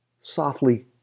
softly